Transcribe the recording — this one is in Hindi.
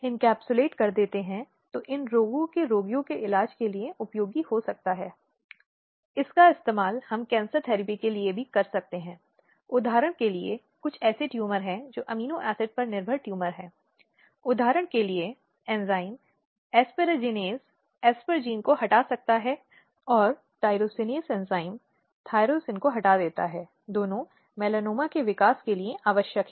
संदर्भसमय को देखें 0659 अब आम तौर पर इन लिंग आधारित हिंसा को दो रूपों में विभाजित किया जा सकता है दो रूपों पर आधारित यह कहीं भी एक बार होता है जहां यह परिवार के भीतर होता है और जहां यह समुदाय के भीतर होता है चाहे वह उसके परिवार के सदस्यों के साथ एक घर की चारदीवारी में हो या वह बाहर समुदाय के भीतर समाज में एक महिला कहीं भी सुरक्षित नहीं है